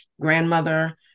grandmother